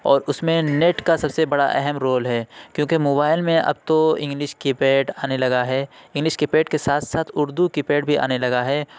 اور اُس میں نیٹ کا سب سے بڑا اہم رول ہے کیوں کہ موبائل میں اب تو انگلش کی پیڈ آنے لگا ہے انگلش کی پیڈ کے ساتھ ساتھ اُردو کی پیڈ بھی آنے لگا ہے